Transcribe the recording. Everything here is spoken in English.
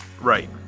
Right